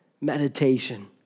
meditation